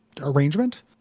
arrangement